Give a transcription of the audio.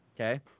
Okay